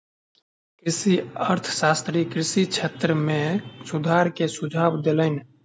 कृषि अर्थशास्त्री कृषि क्षेत्र में सुधार के सुझाव देलैन